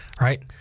right